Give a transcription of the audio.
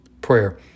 Prayer